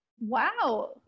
Wow